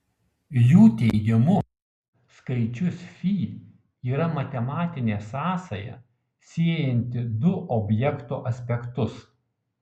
jų teigimu skaičius fi yra matematinė sąsaja siejanti du objekto aspektus